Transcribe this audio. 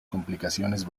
complicaciones